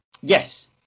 Yes